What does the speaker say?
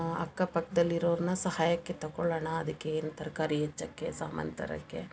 ಅಕ್ಕಪಕ್ಕದಲ್ಲಿರೋರ್ನ ಸಹಾಯಕ್ಕೆ ತಗೊಳೋಣ ಅದಕ್ಕೇನು ತರಕಾರಿ ಹೆಚ್ಚಕ್ಕೆ ಸಾಮಾನು ತರೋಕ್ಕೆ